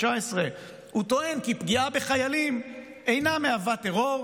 הוא טוען כי פגיעה בחיילים אינה מהווה טרור.